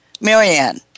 Marianne